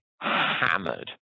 hammered